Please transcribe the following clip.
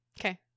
Okay